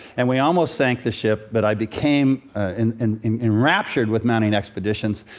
and we almost sank the ship, but i became and and enraptured with mounting expeditions.